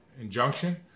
injunction